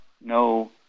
no